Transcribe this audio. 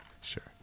Sure